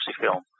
film